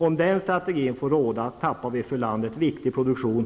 Om en sådan strategi får råda, tappar vi för landet viktig produktion.